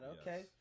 okay